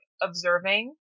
observing